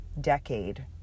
decade